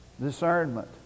Discernment